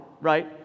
right